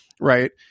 right